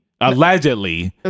Allegedly